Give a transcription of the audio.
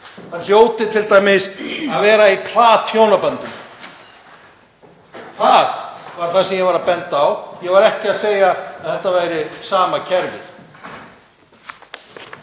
það hljóti t.d. að vera í plathjónabandi. Það var það sem ég var að benda á. Ég var ekki að segja að þetta væri sama kerfið.